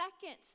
second